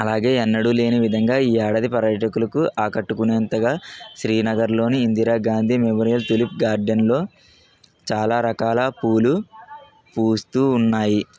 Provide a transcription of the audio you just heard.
అలాగే ఎన్నడూ లేని విధంగా ఈ ఏడాది పర్యాటకులకు ఆకట్టుకునేంతగా శ్రీనగర్లోని ఇందిరా గాంధీ మెమోరియల్ తులిప్ గార్డేన్లో చాలా రకాల పూలు పూస్తూ ఉన్నాయి